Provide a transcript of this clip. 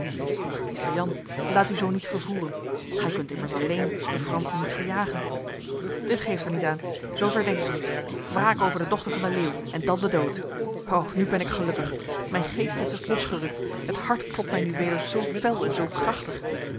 maar meester jan laat u zo niet vervoeren gij kunt immers alleen de fransen niet verjagen dit geeft er met aan zover denk ik niet wraak over de dochter van de leeuw en dan de dood ho nu ben ik gelukkig mijn geest heeft zich losgerukt het hart klopt mij nu weder zo fel en zo krachtig